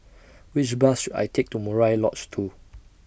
Which Bus should I Take to Murai Lodge two